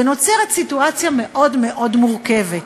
ונוצרת סיטואציה מאוד מאוד מורכבת,